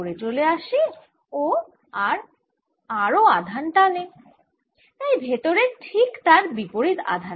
তাহলে মোট ক্ষেত্র হবে বাইরে এই ধ্রুবক k যার সমান হল 1 বাই 4 পাই এপসাইলন 0 যানিয়ে আমরা এখন ভাবছি না আমরা আপাতত r এর ওপর নির্ভরতা নিয়ে চিন্তিত